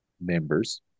members